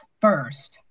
first